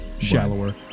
shallower